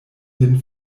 vin